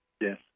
Yes